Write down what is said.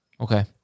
Okay